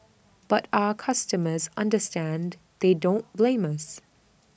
but our customers understand they don't blame us